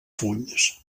fulls